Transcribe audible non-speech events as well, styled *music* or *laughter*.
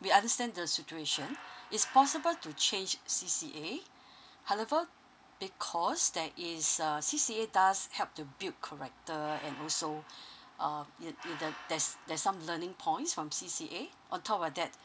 we understand the situation *breath* it's possible to change C_C_A *breath* however because there is uh C_C_A does help to build character and also *breath* uh in in the there's there's some learning points from C_C_A on top of that *breath*